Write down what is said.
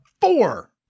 Four